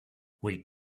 wait